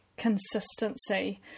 consistency